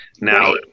Now